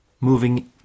moving